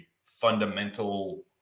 fundamental